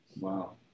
wow